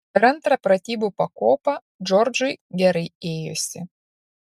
per antrą pratybų pakopą džordžui gerai ėjosi